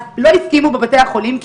אז לא הסכימו בבתי החולים,